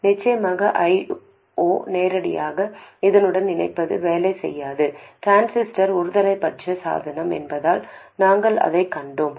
நிச்சயமாக I0 ஐ நேரடியாக இதனுடன் இணைப்பது வேலை செய்யாது டிரான்சிஸ்டர் ஒருதலைப்பட்ச சாதனம் என்பதால் நாங்கள் அதைக் கண்டோம்